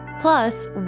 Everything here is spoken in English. Plus